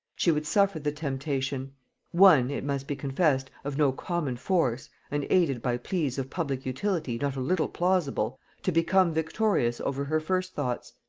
she would suffer the temptation one, it must be confessed, of no common force and aided by pleas of public utility not a little plausible to become victorious over her first thoughts,